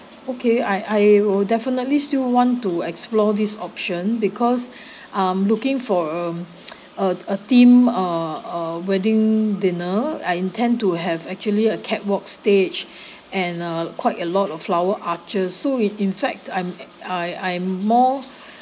okay I I will definitely still want to explore this option because I'm looking for um a a theme a a wedding dinner I intend to have actually a catwalk stage and uh quite a lot of flower archers so it in fact I'm I I am more